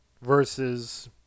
Versus